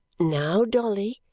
now, dolly,